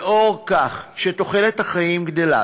לאור זה שתוחלת החיים גדלה,